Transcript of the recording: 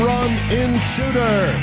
Run-In-Shooter